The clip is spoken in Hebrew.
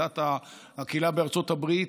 הקהילה בארצות הברית,